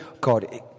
God